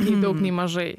nei daug nei mažai